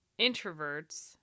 introverts